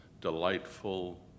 delightful